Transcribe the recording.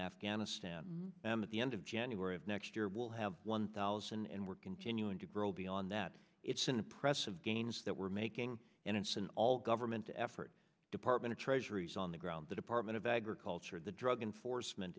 afghanistan and at the end of january of next year we'll have one thousand and we're continuing to grow beyond that it's an impressive gains that we're making and it's an all government effort department of treasury's on the ground the department of agriculture the drug enforcement